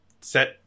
set